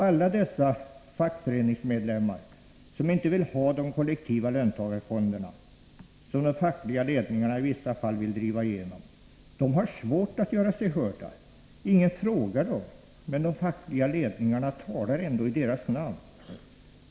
Alla de fackföreningsmedlemmar som inte vill ha de kollektiva löntagarfonderna, som de fackliga ledningarna i vissa fall vill driva igenom, har svårt att göra sig hörda. Ingen frågar dem, men de fackliga ledningarna talar ändå i deras namn.